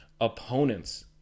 opponents